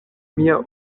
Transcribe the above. mia